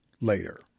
later